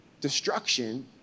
destruction